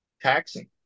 taxing